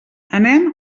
anem